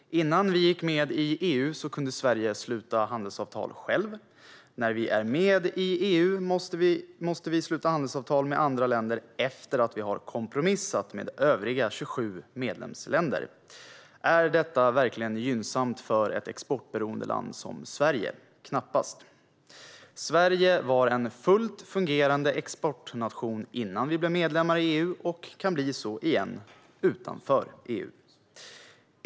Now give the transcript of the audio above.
Innan Sverige gick med i EU kunde vi sluta handelsavtal själva. När vi är med i EU måste vi sluta handelsavtal med andra länder efter att vi har kompromissat med övriga 27 medlemsländer. Är detta verkligen gynnsamt för ett exportberoende land som Sverige? Knappast. Sverige var en fullt fungerande exportnation innan vi blev medlemmar i EU och kan bli så igen, utanför EU.